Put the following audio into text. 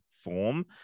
form